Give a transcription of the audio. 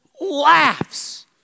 laughs